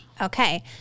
Okay